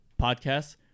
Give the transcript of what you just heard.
podcasts